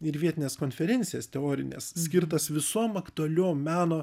ir vietines konferencijas teorines skirtas visom aktualiom meno